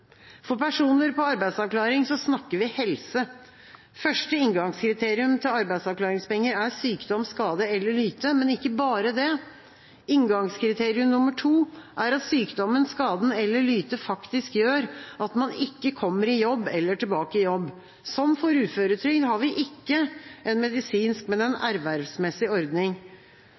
For personer på arbeidsavklaring snakker vi helse. Første inngangskriterium til arbeidsavklaringspenger er sykdom, skade eller lyte, men ikke bare det. Inngangskriterium nummer to er at sykdommen, skaden eller lytet faktisk gjør at man ikke kommer i jobb eller tilbake i jobb. Som for uføretrygd har vi ikke en medisinsk, men en ervervsmessig ordning.